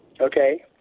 Okay